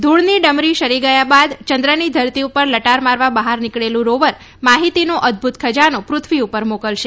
ધૂળની ડમરી શમી ગયા બાદ ચંદ્રની જમીન ઉપર લટાર મારવા બહાર નીકળેલું રોવર માહિતીનો અદભૂત ખજાનો પૃથ્વી ઉપર મોકલશે